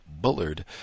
Bullard